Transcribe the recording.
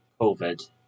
COVID